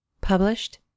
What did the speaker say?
Published